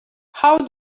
how